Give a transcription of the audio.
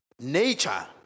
nature